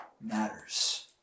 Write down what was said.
matters